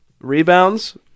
rebounds